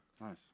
Nice